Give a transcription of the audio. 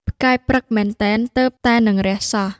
ផ្កាយព្រឹកមែនទែនទើបតែនិងរះសោះ»។